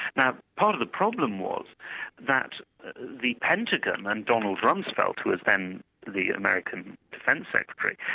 now part of the problem was that the pentagon and donald rumsfeld, who was then the american defence secretary,